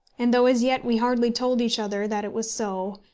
and though as yet we hardly told each other that it was so,